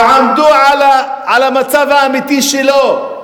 תעמדו על המצב האמיתי שלו.